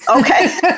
Okay